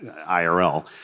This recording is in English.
irl